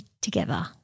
together